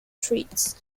treats